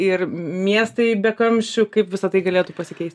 ir miestai be kamščių kaip visa tai galėtų pasikeist